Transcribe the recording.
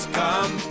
come